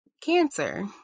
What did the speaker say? cancer